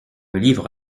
livre